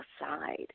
aside